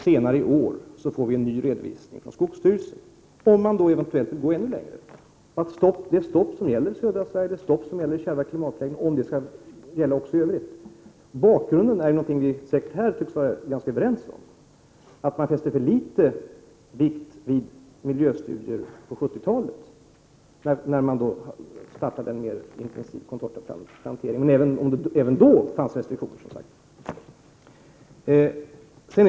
Senare i år lämnar skogsstyrelsen en ny redovisning, där vi får se om man eventuellt vill gå ännu längre och kräver att det stopp som gäller i södra Sverige och i kärva klimatlägen också skall gälla i övrigt. Bakgrunden tycks vi vara ganska överens om, nämligen att man på 70-talet fäste för litet vikt vid miljöstudier när man startade en mer intensiv contortaplantering, men det fanns även då restriktioner.